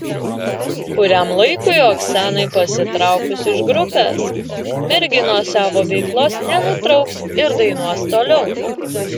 kuriam laikui oksanai pasitraukus iš grupės merginos savo veiklos nenutrauks ir dainuos toliau